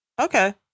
okay